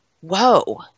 whoa